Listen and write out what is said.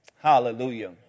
Hallelujah